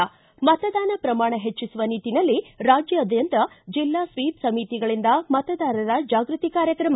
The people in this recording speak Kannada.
ಿ ಮತದಾನ ಪ್ರಮಾಣ ಹೆಚ್ಚಿಸುವ ನಿಟ್ಟನಲ್ಲಿ ರಾಜ್ಯಾದ್ಯಂತ ಜಿಲ್ಲಾ ಸ್ವೀಪ ಸಮಿತಿಗಳಿಂದ ಮತದಾರರ ಜಾಗೃತಿ ಕಾರ್ಯಕ್ರಮ